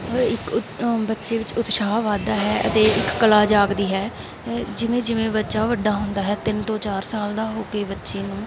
ਇੱਕ ਉਤ ਬੱਚੇ ਵਿੱਚ ਉਤਸ਼ਾਹ ਵੱਧਦਾ ਹੈ ਅਤੇ ਇੱਕ ਕਲਾ ਜਾਗਦੀ ਹੈ ਜਿਵੇਂ ਜਿਵੇਂ ਬੱਚਾ ਵੱਡਾ ਹੁੰਦਾ ਹੈ ਤਿੰਨ ਤੋਂ ਚਾਰ ਸਾਲ ਦਾ ਹੋ ਕੇ ਬੱਚੇ ਨੂੰ